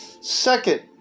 second